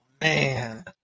man